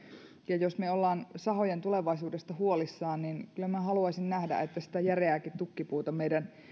jos me olemme sahojen tulevaisuudesta huolissamme niin kyllä minä haluaisin nähdä että sitä järeääkin tukkipuuta meidän